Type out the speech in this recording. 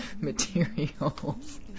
materials